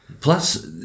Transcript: Plus